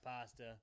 pasta